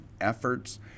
efforts